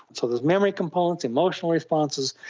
and so there's memory components, emotional responses,